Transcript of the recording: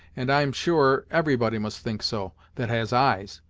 and i'm sure everybody must think so, that has eyes.